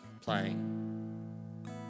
playing